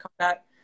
combat